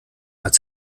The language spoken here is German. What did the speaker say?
hat